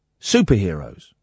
superheroes